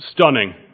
stunning